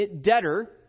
debtor